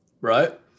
Right